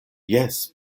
jes